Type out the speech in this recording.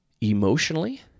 emotionally